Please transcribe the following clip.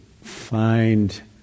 find